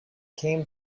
came